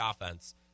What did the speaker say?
offense